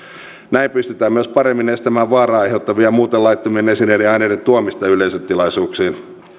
näin pystytään myös paremmin estämään vaaraa aiheuttavien ja muuten laittomien esineiden ja aineiden tuomista yleisötilaisuuksiin